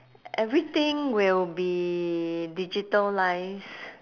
everything will be digitalised